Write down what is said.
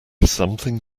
something